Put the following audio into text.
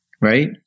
right